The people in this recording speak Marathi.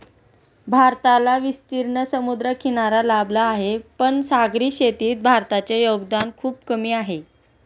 भारताला विस्तीर्ण समुद्रकिनारा लाभला आहे, पण सागरी शेतीत भारताचे योगदान खूप कमी आहे